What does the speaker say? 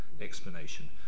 explanation